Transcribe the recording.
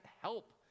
help